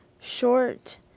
short